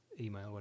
email